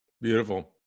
beautiful